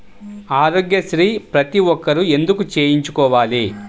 ఆరోగ్యశ్రీ ప్రతి ఒక్కరూ ఎందుకు చేయించుకోవాలి?